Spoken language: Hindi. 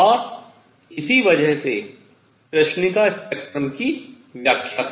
और इसी वजह से कृष्णिका स्पेक्ट्रम की व्याख्या की